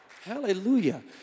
Hallelujah